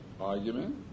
argument